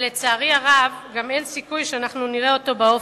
ולצערי הרב גם אין סיכוי שאנחנו נראה אותו באופק,